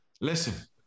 listen